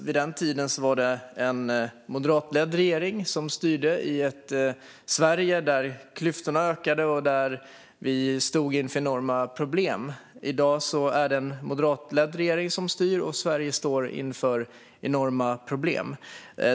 Vid den tiden var det en moderatledd regering som styrde i ett Sverige där klyftorna ökade och där vi stod inför enorma problem. I dag är det en moderatledd regering som styr, och Sverige står inför enorma problem.